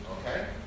Okay